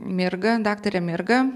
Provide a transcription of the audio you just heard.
mirga daktarė mirga